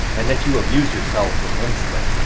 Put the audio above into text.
and that you amuse yourselves immensely.